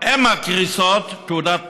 אז אתם תומכים באופן מוחלט,